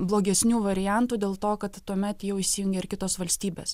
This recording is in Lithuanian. blogesnių variantų dėl to kad tuomet jau įsijungia ir kitos valstybės